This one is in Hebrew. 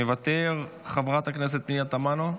מוותר, חברת הכנסת פנינה תמנו,